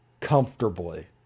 comfortably